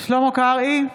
שלמה קרעי,